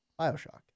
Bioshock